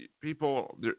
People